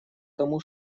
тому